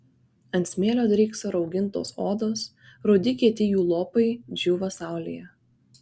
ant smėlio drykso raugintos odos rudi kieti jų lopai džiūva saulėje